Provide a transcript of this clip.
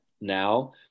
now